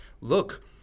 look